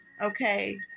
okay